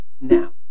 now